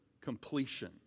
completion